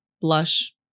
blush